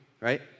right